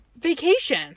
Vacation